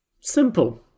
Simple